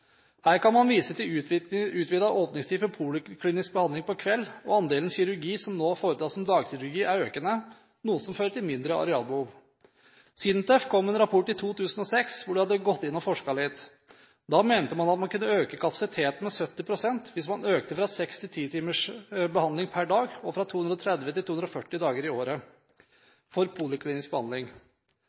Her kan man vise til utvidet åpningstid for poliklinisk behandling på kveldstid. Andelen kirurgi som nå foretas som dagkirurgi, er økende, noe som fører til mindre arealbehov. SINTEF kom med en rapport i 2006. Der hadde de forsket litt og mente at man man kunne øke kapasiteten med 70 pst. hvis man økte poliklinisk behandling med fra seks til ti timer per dag, og fra 230 til 240 dager i året.